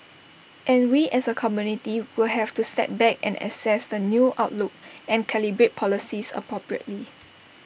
and we as A committee will have to step back and assess the new outlook and calibrate policies appropriately